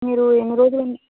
మీరు ఎన్ని రోజులు